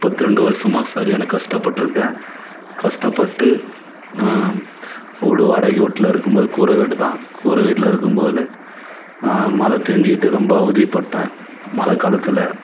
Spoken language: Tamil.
முப்பத்தி ரெண்டு வருடமா சரியான கஷ்டப்பட்டிருக்கேன் கஷ்டப்பட்டு வீடு வாடகை வீட்டில் இருக்கும்போது கூரை வீடுதான் கூரை வீட்டில் இருக்கும்போது மழை பேய்ஞ்சிக்கிட்டு ரொம்ப அவதிப்பட்டேன் மழை காலத்தில்